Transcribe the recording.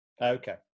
Okay